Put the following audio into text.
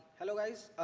hello guys.